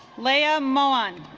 liam on